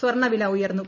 സ്വർണ വില ഉയർന്നു